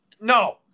no